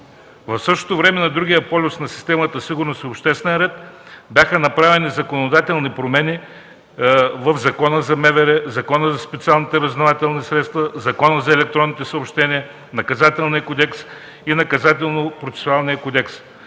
В същото време на другия полюс на системата „Сигурност и обществен ред” бяха направени законодателни промени в Закона за МВР, Закона за специалните разузнавателни средства, Закона за електронните съобщения, Наказателния кодекс и Наказателно-процесуалния кодекс.